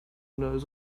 knows